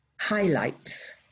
highlights